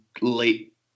late